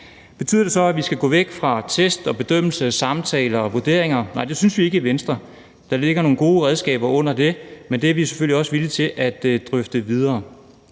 Betyder det så, at vi skal gå væk fra test, bedømmelse, samtale og vurdering? Nej, det synes vi ikke i Venstre. Der ligger nogle gode redskaber i det, men det er vi selvfølgelig også villige til at drøfte videre.